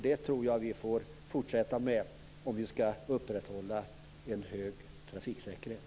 Det tror jag att vi får fortsätta med om vi ska upprätthålla en hög trafiksäkerhet.